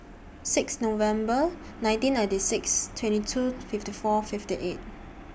six November nineteen ninety six twenty two fifty four fifty eight